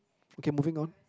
okay moving on